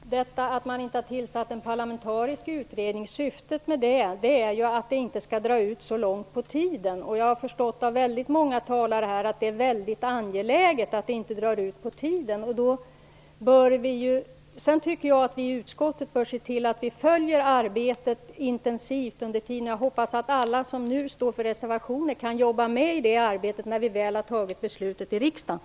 Herr talman! Syftet med att man inte har tillsatt en parlamentarisk utredning är att det inte skall dra ut så långt på tiden. Jag har av många talare förstått att det är angeläget att det inte drar ut på tiden. Sedan tycker jag att vi i utskottet bör se till att vi följer arbetet intensivt under tiden. Jag hoppas att alla som nu står för reservationer kan delta i det arbetet när vi väl har fattat beslutet i riksdagen.